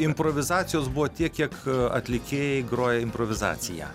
improvizacijos buvo tiek kiek atlikėjai groja improvizaciją